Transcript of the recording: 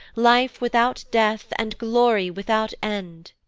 life without death, and glory without end.